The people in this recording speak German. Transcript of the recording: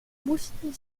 mussten